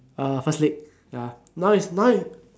uh first leg ya now is now is